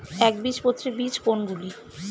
একবীজপত্রী বীজ কোন গুলি?